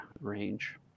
range